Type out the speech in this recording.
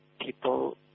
people